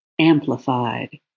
amplified